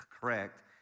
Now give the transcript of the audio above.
correct